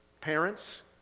parents